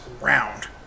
round